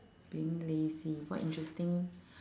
being lazy what interesting